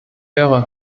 höre